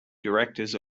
directors